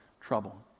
trouble